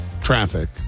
traffic